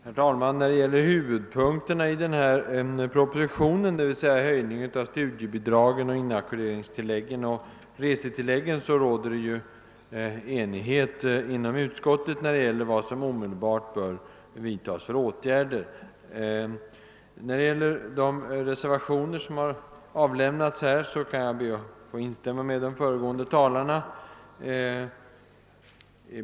Herr talman! Beträffande huvudpunkterna i propositionen 77, d.v.s. höjning av studiebidragen, inackorderingstilläggen och resetilläggen, har det in om utskottet rått enighet om vilka åtgärder som omedelbart bör vidtagas. I fråga om reservationerna 1, 3 och 4 vid andra lagutskottets utlåtande nr 50 ber jag att få instämma med de föregående talarna.